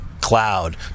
cloud